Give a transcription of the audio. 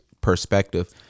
perspective